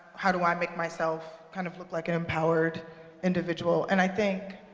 how do i make myself kind of look like an empowered individual. and i think